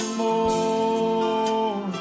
more